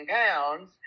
pounds